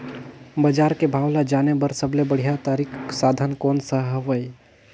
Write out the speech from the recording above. बजार के भाव ला जाने बार सबले बढ़िया तारिक साधन कोन सा हवय?